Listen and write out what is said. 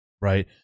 Right